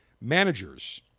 managers